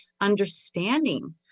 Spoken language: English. understanding